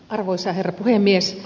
arvoisa herra puhemies